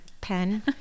pen